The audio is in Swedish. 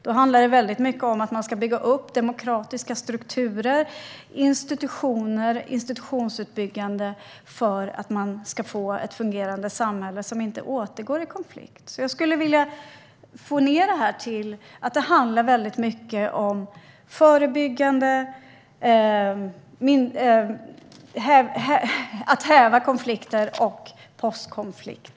Då handlar det väldigt mycket om att bygga upp demokratiska strukturer och institutioner för att man ska få ett fungerande samhälle som inte återgår i konflikt. Det arbetet handlar väldigt mycket om förebyggande, om att häva konflikt och om postkonflikt.